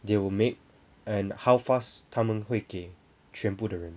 they will make and how fast 他们会给全部的人